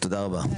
תודה רבה.